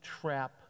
trap